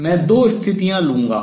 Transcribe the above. मैं दो स्थितियां लूंगा